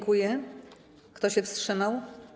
Kto się wstrzymał?